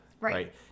right